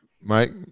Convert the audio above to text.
Mike